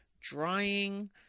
drying